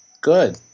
good